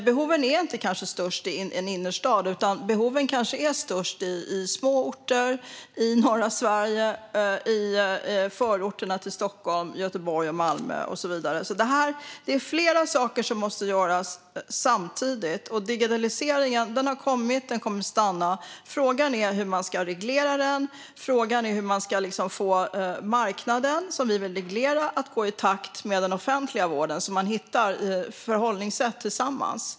Behoven är kanske inte störst i en innerstad, utan de kanske är störst på små orter i norra Sverige, i förorterna till Stockholm, Göteborg och Malmö och så vidare. Det är alltså flera saker som måste göras samtidigt. Digitaliseringen har kommit och kommer att stanna. Frågan är hur man ska reglera den och hur man ska få marknaden, som vi vill reglera, att gå i takt med den offentliga vården så att man hittar förhållningssätt tillsammans.